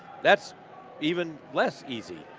that's even less easy.